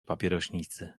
papierośnicy